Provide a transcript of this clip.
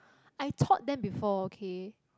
I taught them before okay